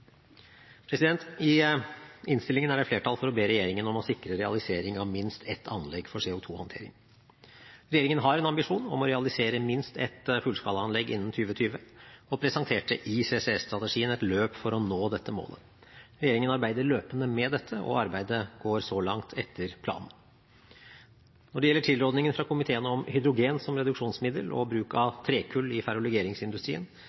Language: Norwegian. I innstillingen er det flertall for å be regjeringen om å sikre realisering av minst ett anlegg for CO2-håndtering. Regjeringen har en ambisjon om å realisere minst ett fullskalaanlegg innen 2020, og presenterte i CCS-strategien et løp for å nå dette målet. Regjeringen arbeider løpende med dette, og arbeidet går så langt etter planen. Når det gjelder tilrådningen fra komiteen om hydrogen som reduksjonsmiddel og bruk